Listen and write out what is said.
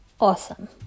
awesome